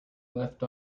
left